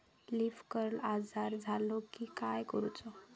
Leaf curl आजार झालो की काय करूच?